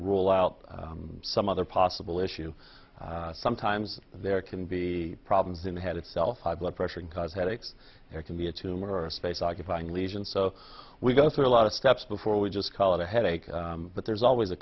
rule out some other possible issue sometimes there can be problems in the head itself high blood pressure and cause headaches it can be a tumor or a space occupying lesion so we go through a lot of steps before we just call it a headache but there's always a